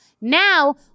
Now